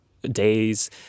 Days